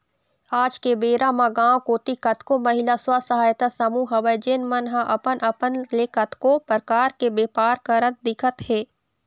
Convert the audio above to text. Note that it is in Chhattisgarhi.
आज के बेरा म गाँव कोती कतको महिला स्व सहायता समूह हवय जेन मन ह अपन अपन ले कतको परकार के बेपार करत दिखत हे